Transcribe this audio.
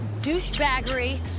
douchebaggery